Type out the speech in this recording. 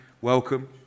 welcome